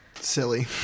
silly